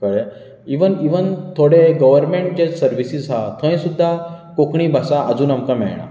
कळ्ळें even even थोडें government जे सर्विसीस आहा थंय सुद्दां कोंकणी भाशा अजून आमकां मेळना